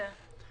כן.